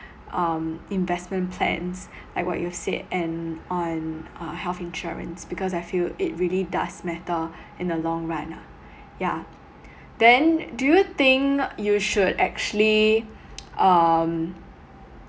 um investment plans like what you've said and on uh health insurance because I feel it really does matter in a long run ah yeah then do you think you should actually um